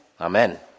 Amen